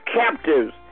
captives